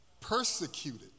Persecuted